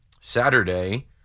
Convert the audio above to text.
Saturday